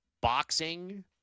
boxing